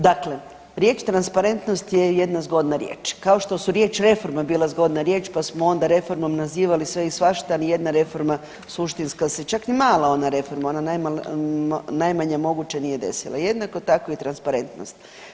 Dakle, riječ transparentnost je jedna zgodna riječ, kao što su reforma bile zgodna riječ pa smo onda reformom nazivali sve i svašta, ali nijedna reforma suštinska se čak ni mala ona reforma ona najmanja moguća nije desila, jednako tako i transparentnost.